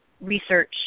research